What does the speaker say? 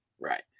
Right